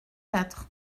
quatre